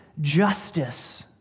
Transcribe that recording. justice